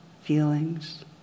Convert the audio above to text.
feelings